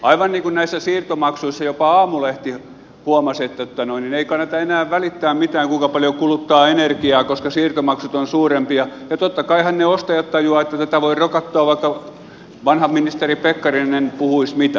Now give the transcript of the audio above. aivan niin kuin näissä siirtomaksuissa jopa aamulehti huomasi että ei kannata enää välittää mitään siitä kuinka paljon kuluttaa energiaa koska siirtomaksut ovat suurempia ja totta kaihan ne ostajat tajuavat että tätä voi rokottaa vaikka vanha ministeri pekkarinen puhuisi mitä